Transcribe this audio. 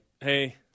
hey